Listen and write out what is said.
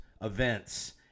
events